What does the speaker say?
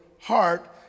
heart